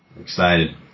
Excited